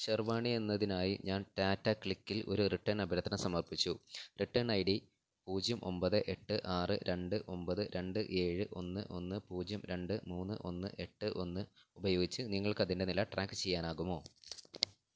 ഷെർവാണി എന്നതിനായി ഞാൻ ടാറ്റ ക്ലിക്കിൽ ഒരു റിട്ടേൺ അഭ്യർത്ഥന സമർപ്പിച്ചു റിട്ടേൺ ഐ ഡി പൂജ്യം ഒമ്പത് എട്ട് ആറ് രണ്ട് ഒമ്പത് രണ്ട് ഏഴ് ഒന്ന് ഒന്ന് പൂജ്യം രണ്ട് മൂന്ന് ഒന്ന് എട്ട് ഒന്ന് ഉപയോഗിച്ചു നിങ്ങൾക്ക് അതിൻ്റെ നില ട്രാക്ക് ചെയ്യാനാകുമോ